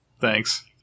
Thanks